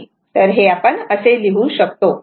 तर असे हे सारखेच लिहू शकतो